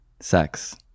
Sex